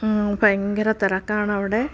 ഭയങ്കര തിരക്കാണവിടെ